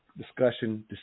Discussion